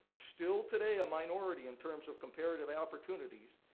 still today a minority in terms of comparative opportunities,